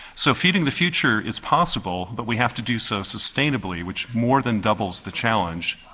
so feeding the future is possible, but we have to do so sustainably, which more than doubles the challenge,